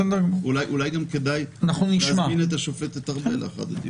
אולי כדאי להזמין את השופטת ארבל לאחד הדיונים.